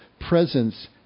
presence